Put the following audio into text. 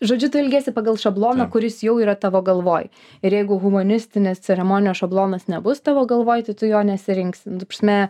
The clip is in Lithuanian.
žodžiu tu elgiesi pagal šabloną kuris jau yra tavo galvoj ir jeigu humanistinės ceremonijos šablonas nebus tavo galvoj tu jo nesirinksi nu ta prasme